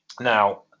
Now